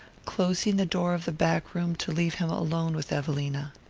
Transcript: closing the door of the back room to leave him alone with evelina.